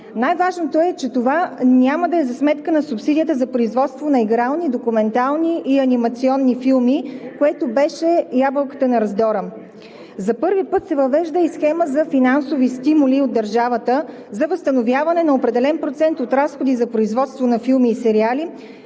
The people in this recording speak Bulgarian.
Най-важното е, че това няма да е за сметка на субсидията за производство на игрални, документални и анимационни филми, което беше ябълката на раздора. За първи път се въвежда и схема за финансови стимули от държавата за възстановяване на определен процент от разходи за производство на филми и сериали,